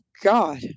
God